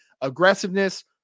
Aggressiveness